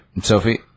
Sophie